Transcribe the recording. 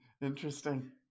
Interesting